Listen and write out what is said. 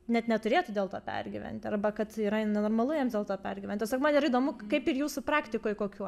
net neturėtų dėl to pergyventi arba kad yra nenormalu jiems dėl to pergyventi tiesiog man yra įdomu kaip ir jūsų praktikoj kokių